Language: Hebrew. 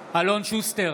שוסטר,